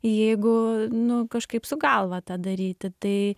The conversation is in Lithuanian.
jeigu nu kažkaip su galva tą daryti tai